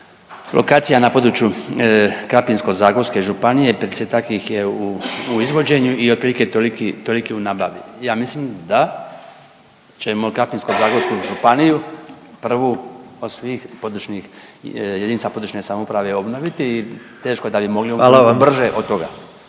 lokacija na području Krapinsko-zagorske županije, 50-ak ih je u, u izvođenju i otprilike toliki, toliki u nabavu. Ja mislim da ćemo Krapinsko-zagorsku županiju prvu od svih područnih, jedinica područne samouprave obnoviti i … …/Upadica predsjednik: